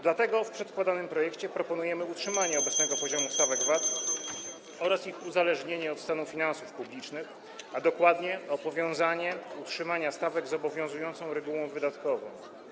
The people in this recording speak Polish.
Dlatego w przedkładanym projekcie proponujemy utrzymanie [[Gwar na sali, dzwonek]] obecnego poziomu stawek VAT oraz ich uzależnienie od stanu finansów publicznych, a dokładnie powiązanie utrzymania stawek z obowiązującą regułą wydatkową.